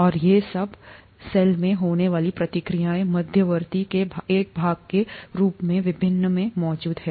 और ये सब हैं सेल में होने वाली प्रतिक्रिया मध्यवर्ती के एक भाग के रूप में विभिन्न में मौजूद है